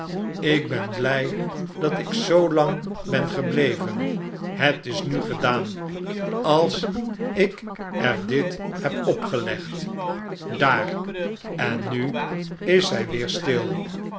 ik ben blij dat ik zoolang ben gebleven het is nu gedaan als ik er dit heb opgelegd daar en nu is zij weer stil